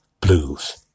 Blues